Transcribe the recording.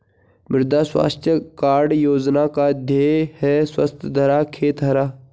मृदा स्वास्थ्य कार्ड योजना का ध्येय है स्वस्थ धरा, खेत हरा